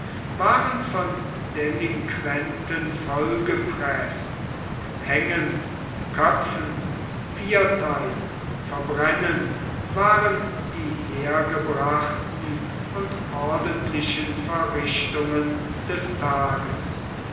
waren von delinquenten vollgepreßt hängen köpfen viertheilen verbrennen waren die hergebrachten und ordentlichen verrichtungen des tages